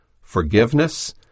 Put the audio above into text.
forgiveness